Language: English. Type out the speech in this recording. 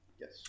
Yes